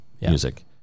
Music